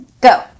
Go